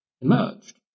emerged